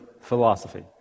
philosophy